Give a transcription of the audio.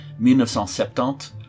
1970